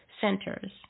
centers